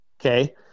Okay